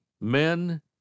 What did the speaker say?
Men